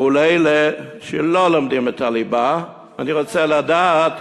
מול אלה שלא לומדים את הליבה, אני רוצה לדעת